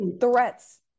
threats